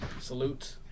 Salute